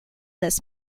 this